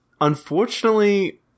Unfortunately